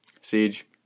Siege